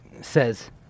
says